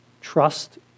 trust